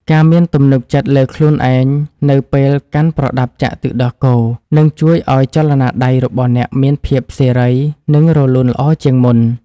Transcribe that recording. ការមានទំនុកចិត្តលើខ្លួនឯងនៅពេលកាន់ប្រដាប់ចាក់ទឹកដោះគោ នឹងជួយឱ្យចលនាដៃរបស់អ្នកមានភាពសេរី និងរលូនល្អជាងមុន។